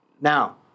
now